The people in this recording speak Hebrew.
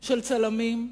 של צלמים",